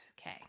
okay